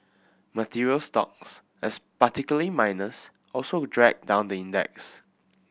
materials stocks as particularly miners also dragged down the index